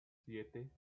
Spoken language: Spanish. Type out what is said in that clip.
siete